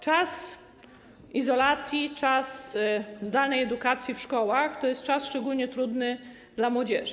Czas izolacji, czas zdalnej edukacji w szkołach to jest czas szczególnie trudny dla młodzieży.